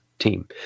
team